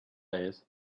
days